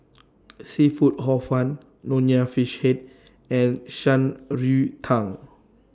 Seafood Hor Fun Nonya Fish Head and Shan Rui Tang